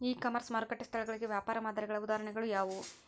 E commerce ಮಾರುಕಟ್ಟೆ ಸ್ಥಳಗಳಿಗೆ ವ್ಯಾಪಾರ ಮಾದರಿಗಳ ಉದಾಹರಣೆಗಳು ಯಾವುವು?